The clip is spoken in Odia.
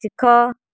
ଶିଖ